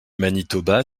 manitoba